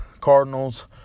Cardinals